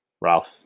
Ralph